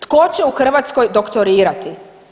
Tko će u Hrvatskoj doktorirati?